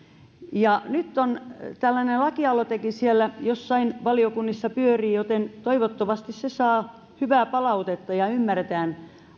nyt tällainen lakialoitekin jossain valiokunnissa pyörii joten toivottavasti se saa hyvää palautetta ja ymmärretään